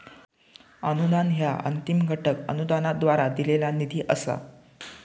अनुदान ह्या अंतिम घटक अनुदानाद्वारा दिलेला निधी असा